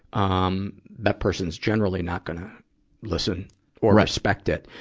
um, that person's generally not gonna listen or respect it.